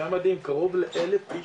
זה היה מדהים, קרוב לאלף איש,